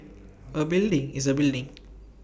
A building is A building